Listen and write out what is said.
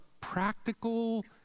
practical